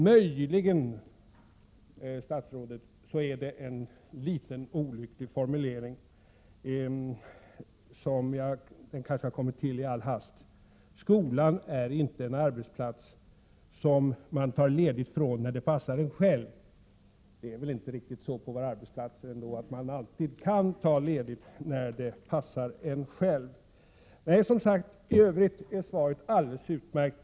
Möjligen, herr statsråd, är det en litet olycklig formulering, som kanske har kommit till i all hast: ”Skolan är inte en arbetsplats som man tar ledigt från när det passar en själv.” Det är väl ändå inte riktigt så på några arbetsplatser att man alltid kan ta ledigt när det passar en själv. Men, som sagt, i övrigt är svaret alldeles utmärkt.